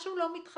משהו לא מתחבר.